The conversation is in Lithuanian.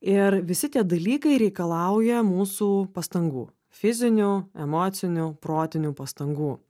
ir visi tie dalykai reikalauja mūsų pastangų fizinių emocinių protinių pastangų